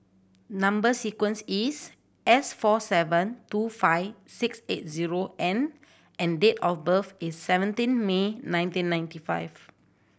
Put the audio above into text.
number sequence is S four seven two five six eight zero N and date of birth is seventeen May nineteen ninety five